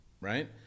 right